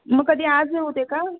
मग कधी आज नाही होत आहे का